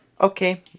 okay